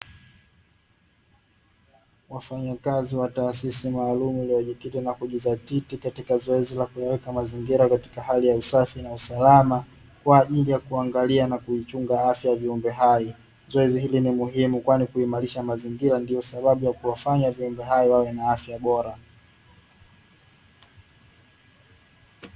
Wafanyakazi wa taasisi maalumu iliyojikita na kujizatiti katika zoezi la kuyawaka mazingira katika hali ya usafi na usalama, kwa ajili ya kuangalia na kuichunga afya ya viumbe hai. Zoezi hili ni muhimu kwani kuimarisha mazingira ndio sababu ya kuwafanya viumbe hai wawe na afya bora.